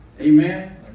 Amen